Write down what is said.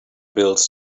bills